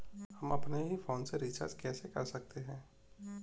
हम अपने ही फोन से रिचार्ज कैसे कर सकते हैं?